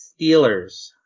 Steelers